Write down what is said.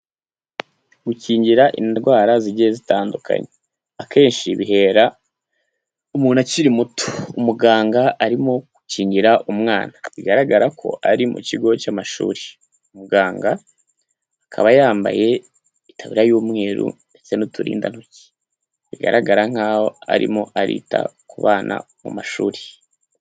Gukingira indwara zigiye zitandukanye akenshi bihera umuntu akiri muto, umuganga arimo gukingira umwana bigaragara ko ari mu kigo cy'amashuri, muganga akaba yambaye itaburiya y'umweru ndetse n'uturindantoki bigaragara nk'aho arimo arita ku bana mu mashuri.